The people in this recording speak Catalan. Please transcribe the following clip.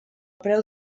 preu